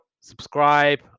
Subscribe